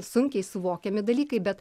sunkiai suvokiami dalykai bet